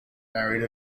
married